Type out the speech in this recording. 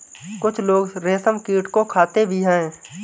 कुछ लोग रेशमकीट को खाते भी हैं